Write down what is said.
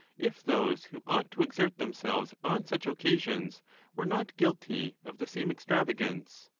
if those who ought to exert themselves on such occasions were not guilty of the same extravagance?